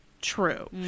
true